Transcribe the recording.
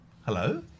Hello